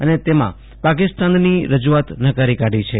અને તેમાં પાકિસ્તાનની રજુઆત નકારી કાઢી છે